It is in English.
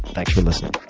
thanks for listening